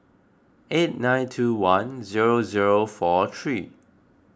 eight nine two one zero zero four three